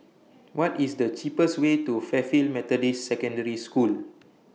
What IS The cheapest Way to Fairfield Methodist Secondary School